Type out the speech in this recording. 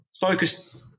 focus